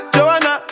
Joanna